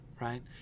right